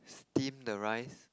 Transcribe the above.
steam the rice